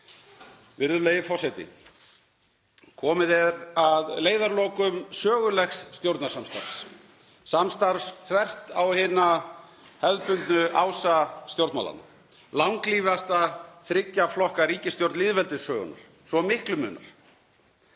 Virðulegi forseti. Komið er að leiðarlokum sögulegs stjórnarsamstarfs, samstarfs þvert á hina hefðbundnu ása stjórnmálanna. Langlífasta þriggja flokka ríkisstjórn lýðveldissögunnar, svo miklu munar.